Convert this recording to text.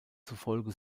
zufolge